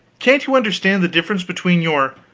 can't you understand the difference between your